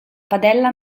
padella